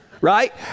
right